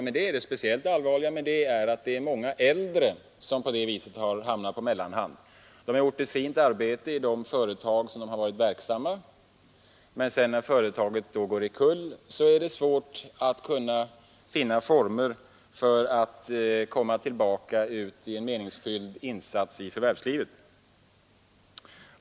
Det speciellt allvarliga med detta är att många äldre kommit på mellanhand. De har gjort ett fint arbete i det företag där de varit verksamma, men när företaget går omkull är det svårt att finna former som gör det möjligt för dem att komma tillbaka i en meningsfylld insats i förvärvslivet.